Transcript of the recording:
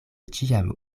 ĉiam